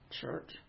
church